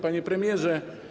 Panie Premierze!